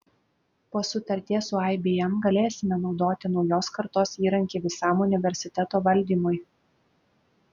po sutarties su ibm galėsime naudoti naujos kartos įrankį visam universiteto valdymui